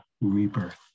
rebirth